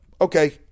Okay